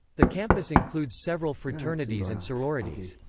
the campus includes several fraternities and sororities.